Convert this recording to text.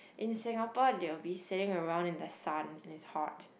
in Singapore they will be sitting around in the sun and it's hot